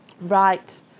Right